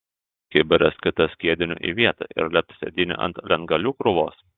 kibiras kitas skiedinio į vietą ir lept sėdynę ant lentgalių krūvos